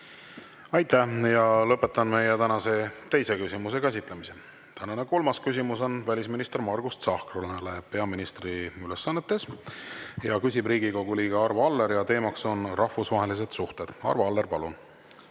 Aitäh! Lõpetan meie tänase teise küsimuse käsitlemise. Tänane kolmas küsimus on välisminister Margus Tsahknale peaministri ülesannetes. Küsib Riigikogu liige Arvo Aller ja teemaks on rahvusvahelised suhted. Arvo Aller, palun!